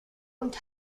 und